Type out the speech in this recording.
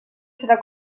serà